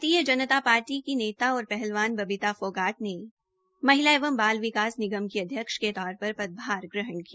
भारतीय जनता पार्टी की नेता और पहलवान बबीता फोगाट ने महिला एवं बाल विकास निगम की अध्यक्ष के तौर पर पदभार ग्रहण किया